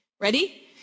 Ready